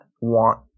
want